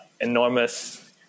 Enormous